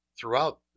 throughout